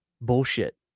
Bullshit